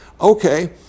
okay